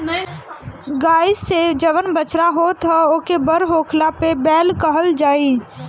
गाई से जवन बछड़ा होत ह ओके बड़ होखला पे बैल कहल जाई